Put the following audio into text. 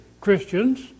Christians